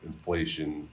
inflation